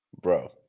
bro